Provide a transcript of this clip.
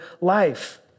life